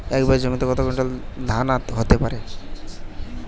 এক বিঘা জমিতে কত কুইন্টাল ধান হতে পারে?